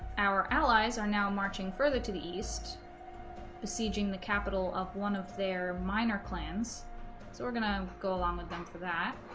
our allies are now marching further to the east besieging the capital of one of their minor clans so we're gonna go along with them for that